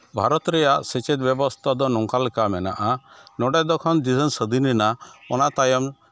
ᱵᱷᱟᱨᱚᱛ ᱨᱮᱭᱟᱜ ᱥᱮᱪᱮᱫ ᱵᱮᱵᱚᱥᱛᱟ ᱫᱚ ᱱᱚᱝᱠᱟ ᱞᱮᱠᱟ ᱢᱮᱱᱟᱜᱼᱟ ᱱᱚᱰᱮ ᱡᱚᱠᱷᱚᱱ ᱫᱤᱥᱚᱢ ᱥᱟᱹᱫᱷᱤᱱᱮᱱᱟ ᱚᱱᱟ ᱛᱟᱭᱚᱢ